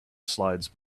slides